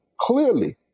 clearly